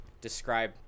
describe